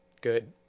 Good